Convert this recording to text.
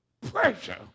pressure